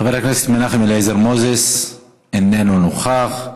חבר הכנסת מנחם אליעזר מוזס, איננו נוכח.